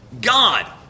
God